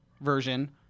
version